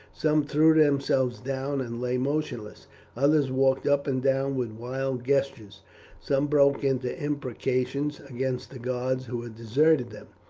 some threw themselves down and lay motionless others walked up and down with wild gestures some broke into imprecations against the gods who had deserted them.